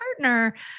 partner